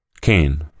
Cain